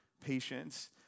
patience